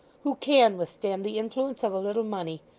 who can withstand the influence of a little money!